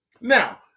Now